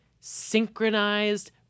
synchronized